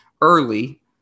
early